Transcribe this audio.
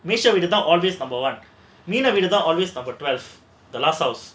மேஷ வீடு இது தான்:mesha veedu idhuthaan number twelve the last house